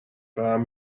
دارم